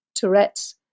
Tourette's